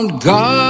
God